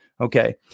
Okay